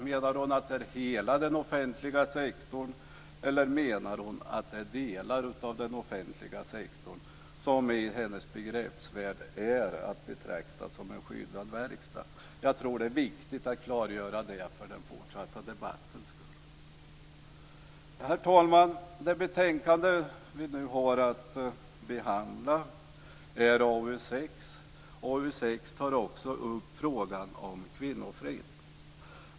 Menar hon att det är hela den offentliga sektorn eller menar hon att det är delar av den offentliga sektorn som i hennes begreppsvärld är att betrakta som en skyddad verkstad? Jag tror att det är viktigt att klargöra det för den fortsatta debattens skull. Herr talman! Det betänkande vi nu har att behandla är AU6. Det tar också upp frågan om kvinnofrid.